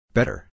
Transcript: Better